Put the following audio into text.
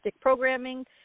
programming